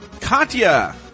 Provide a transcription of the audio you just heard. Katya